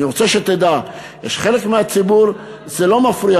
אני רוצה שתדע שלחלק מהציבור זה לא מפריע.